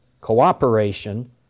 cooperation